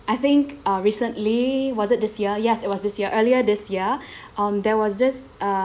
I think uh recently was it this year yes it was this year earlier this year um there was this uh